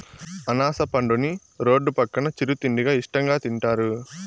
అనాస పండుని రోడ్డు పక్కన చిరు తిండిగా ఇష్టంగా తింటారు